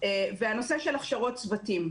הנושא של הכשרות צוותים,